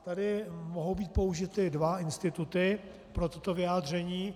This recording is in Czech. Tady mohou být použity dva instituty pro toto vyjádření.